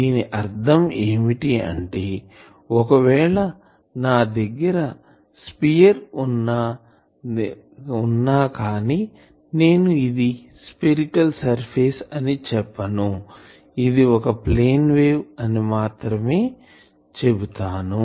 దీని అర్ధం ఏమిటి అంటే ఒకవేళ నా దగ్గర స్పియర్ వున్నా కానీ నేను ఇది స్పెరికల్ సర్ఫేస్ అని చెప్పను ఇది ఒక ప్లేన్ అని మాత్రమే చెప్తాను